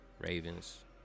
Ravens